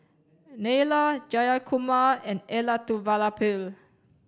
Neila Jayakumar and Elattuvalapil